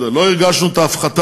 הרגשנו, לא הרגשנו את ההפחתה,